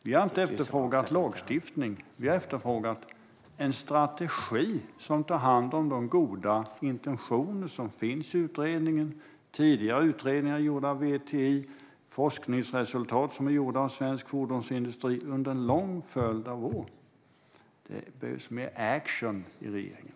Vi har inte efterfrågat lagstiftning. Vi har efterfrågat en strategi som tar hand om de goda intentioner som finns i utredningen, i tidigare utredningar gjorda av VTI och i forskningsresultat från svensk fordonsindustri under en lång följd av år. Det behövs mer action i regeringen.